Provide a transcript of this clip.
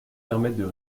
permettent